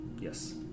Yes